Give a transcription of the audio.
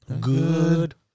Good